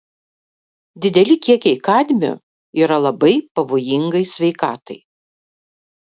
dideli kiekiai kadmio yra labai pavojingai sveikatai